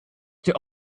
der